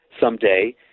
someday